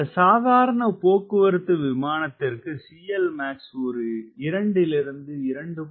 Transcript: இந்த சாதாரண போக்குவரத்து விமானத்திற்கு CLmax ஒரு இரண்டிலிருந்து 2